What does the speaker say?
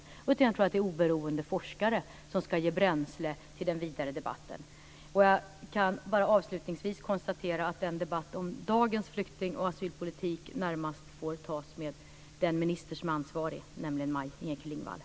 I stället tror jag att det är oberoende forskare som ska ge bränsle åt den vidare debatten. Avslutningsvis kan jag bara konstatera att debatten om dagens flykting och asylpolitik närmast får tas med den för de frågorna ansvariga ministern, nämligen Maj-Inger Klingvall.